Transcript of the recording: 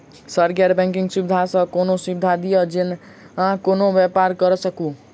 Sir गैर banking सुविधा सँ कोनों सुविधा दिए जेना कोनो व्यापार करऽ सकु?